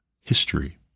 history